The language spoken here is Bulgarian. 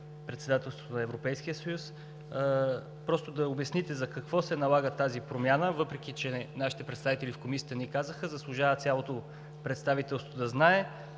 председателството на Европейския съюз, да обясните за какво се налага тази промяна, въпреки че нашите представители в Комисията ни казаха, заслужава цялото представителство да знае.